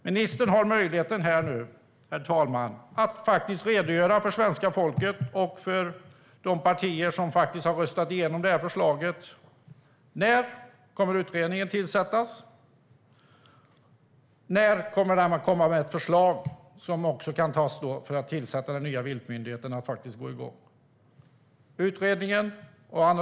Ministern har nu möjlighet att ge en redogörelse inför svenska folket och de partier som röstat igenom förslaget. När kommer utredningen som ska analysera frågorna att tillsättas? När kommer man med förslag om att inrätta den nya viltmyndigheten och få igång den?